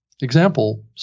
example